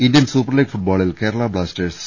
Indian super league ഫുട്ബോളിൽ Kerala Blasters